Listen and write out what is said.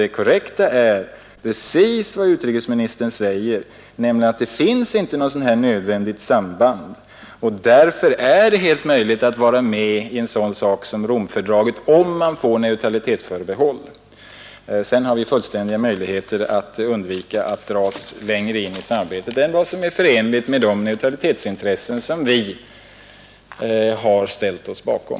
Det korrekta är precis vad utrikesministern säger, nämligen att det inte finns någon nödvändig utveckling från ekonomi till politik och försvar. Därför är det helt möjligt att vara med i något sådant som Romfördraget, om man får neutralitetsförbehåll. Sedan har vi fullständiga möjligheter att undvika att dras längre in i samarbetet än vad som är förenligt med de intressen som vi har ställt oss bakom.